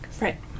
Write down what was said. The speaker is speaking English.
Right